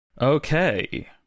Okay